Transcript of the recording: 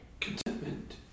Contentment